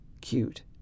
cute